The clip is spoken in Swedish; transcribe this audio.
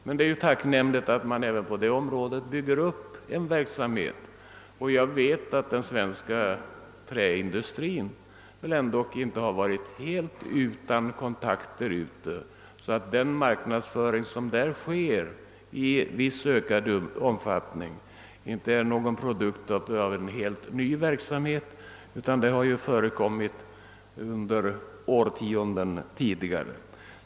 Det är tacknämligt att man även på detta område bygger upp en verksamhet, och jag vet att den svenska träindustrin inte varit helt utan kontakter utomlands. Den marknadsföring som bedrivs i viss ökad omfattning är alltså inte någon ny verksamhet, utan den har förekommit under årtionden tidigare.